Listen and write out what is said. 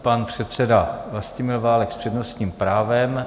Pan předseda Vlastimil Válek s přednostním právem.